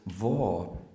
war